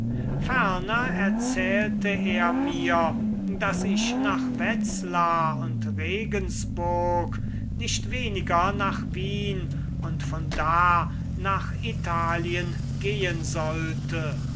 erzählte er mir daß ich nach wetzlar und regensburg nicht weniger nach wien und von da nach italien gehen sollte